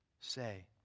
say